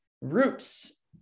roots